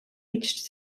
reached